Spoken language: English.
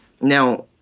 Now